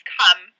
come